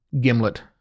Gimlet